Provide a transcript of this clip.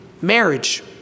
marriage